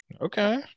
Okay